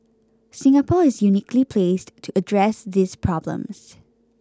Singapore is uniquely placed to address these problems